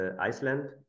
Iceland